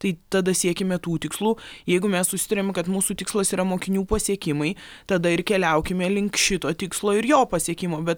tai tada siekime tų tikslų jeigu mes susitariam kad mūsų tikslas yra mokinių pasiekimai tada ir keliaukime link šito tikslo ir jo pasiekimo bet